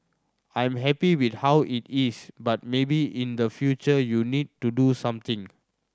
I'm happy with how it is but maybe in the future you need to do something